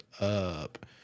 up